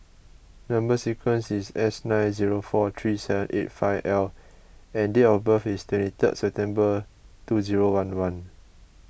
Number Sequence is S nine zero four three seven eight five L and date of birth is twenty third September two zero one one